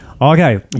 Okay